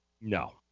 No